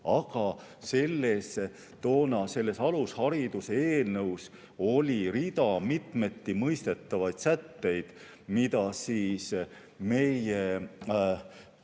poolt – toona selles alushariduse eelnõus oli rida mitmeti mõistetavaid sätteid, mida meie